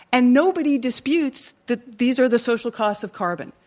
and nobody disputes that these are the social costs of carbon